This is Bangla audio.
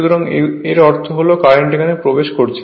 সুতরাং এর অর্থ হল কারেন্ট এখানে প্রবেশ করেছে